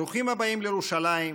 ברוכים הבאים לירושלים,